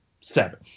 seven